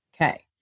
Okay